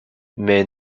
mais